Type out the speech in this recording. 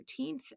13th